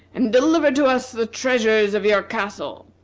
and deliver to us the treasures of your castle.